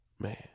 Man